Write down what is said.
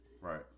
right